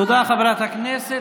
תודה, חברת הכנסת.